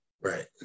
Right